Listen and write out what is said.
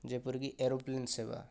ଯେପରିକି ଏରୋପ୍ଲେନ ସେବା